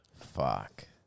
Fuck